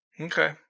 Okay